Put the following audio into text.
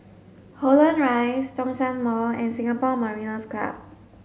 Holland Rise Zhongshan Mall and Singapore Mariners' Club